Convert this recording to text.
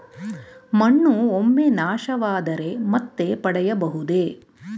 ಮಣ್ಣು ಒಮ್ಮೆ ನಾಶವಾದರೆ ಮತ್ತೆ ಪಡೆಯಬಹುದೇ?